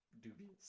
dubious